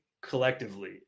collectively